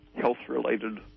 health-related